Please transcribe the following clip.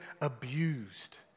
abused